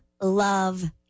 love